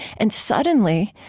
and suddenly,